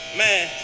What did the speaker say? man